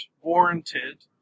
warranted